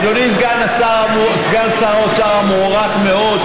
אדוני סגן שר האוצר המוערך מאוד,